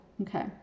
Okay